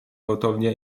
gwałtownie